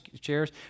chairs